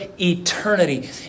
eternity